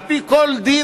על-פי כל דין,